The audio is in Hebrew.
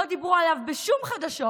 לא דיברו עליו בשום חדשות,